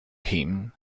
him